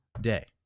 day